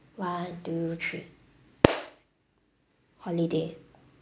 one two three holiday